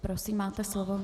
Prosím, máte slovo.